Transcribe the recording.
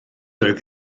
oedd